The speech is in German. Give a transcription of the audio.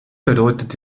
bedeutet